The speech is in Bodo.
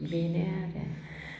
बेनो आरो